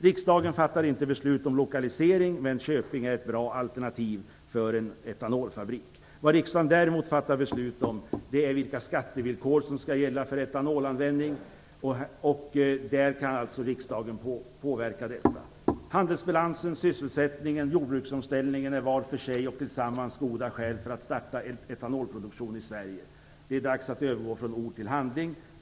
Riksdagen fattar inte beslut om lokalisering, men Köping är ett bra alternativ för en etanolfabrik. Vad riksdagen däremot fattar beslut om är vilka skattevillkor som skall gälla för etanolanvändning. Här kan alltså riksdagen påverka. Handelsbalansen, sysselsättningen och jordbruksomställningen är var för sig och tillsammans goda skäl för att starta en etanolproduktion i Sverige. Det är dags att övergå från ord till handling.